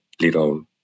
little